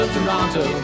Toronto